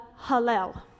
Hallel